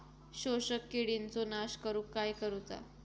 शोषक किडींचो नाश करूक काय करुचा?